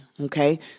Okay